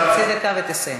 חצי דקה ותסיים.